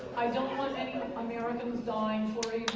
i don't want any americans dying for